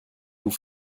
vous